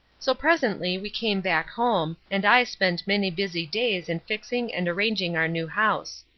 so presently we came back home, and i spent many busy days in fixing and arranging our new house.